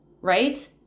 right